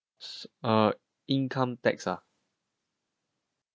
uh income tax ah